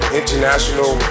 international